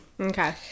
okay